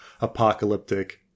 apocalyptic